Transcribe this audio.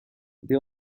they